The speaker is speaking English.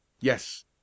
Yes